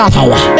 power